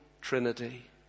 trinity